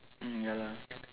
mm ya lah